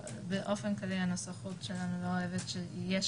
באופן כללי הנסחות שלנו לא אוהבת כשיש